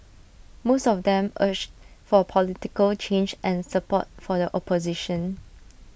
most of them urged for political change and support for the opposition